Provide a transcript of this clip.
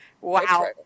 Wow